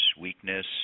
weakness